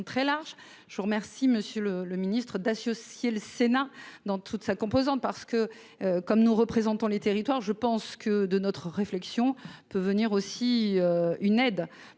très large, je vous remercie, monsieur le le ministre-d'associer le Sénat dans toute sa composante parce que comme nous représentons les territoires, je pense que, de notre réflexion peut venir aussi une aide